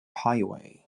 highway